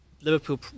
Liverpool